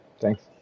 Thanks